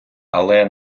але